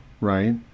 right